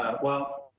ah well,